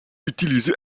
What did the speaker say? utilisée